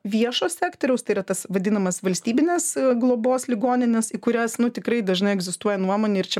viešo sektoriaus tai yra tas vadinamas valstybines globos ligonines į kurias nu tikrai dažnai egzistuoja nuomonė ir čia